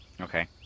Okay